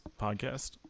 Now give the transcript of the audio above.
podcast